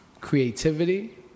creativity